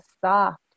soft